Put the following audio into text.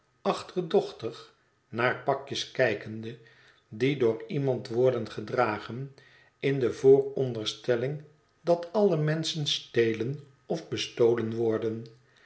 achterdochtig naar pakjes kijkende die door iemand worden gedragen in de vooronderstelling dat alle menschen stelen of bestolen worden